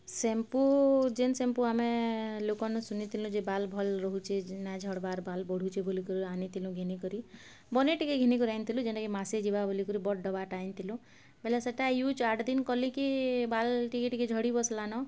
shampoo ଯେନ୍ shampoo ଆମେ ଲୋକର୍ନୁ ଶୁନିଥିଲୁ ଯେ ବାଲ୍ ଭଲ୍ ରହୁଚେ ନା ଝଡ଼୍ବାର୍ ବାଲ୍ ବଢ଼ୁଚେ ବୋଲିକରି ଆଣିଥିଲୁ ଘିନିକରି ବନେଇ ଟିକେ ଘିନିକରି ଆଣିଥିଲୁ ଯେନ୍ଟାକି ମାସେ ଯିବା ବୋଲିକରି ବଡ଼୍ ଡବାର୍ଟା ଆଣିଥିଲୁ ବେଲେ ସେଟା ୟୁଜ୍ ଆଠ୍ ଦିନ୍ କଲି କି ବାଲ୍ ଟିକେ ଟିକେ ଝଡ଼ି ବସ୍ଲାନ